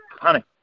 Honey